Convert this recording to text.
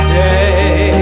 day